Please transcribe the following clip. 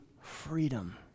freedom